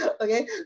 Okay